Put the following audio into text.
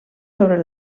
sobre